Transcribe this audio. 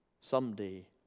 someday